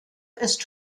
ist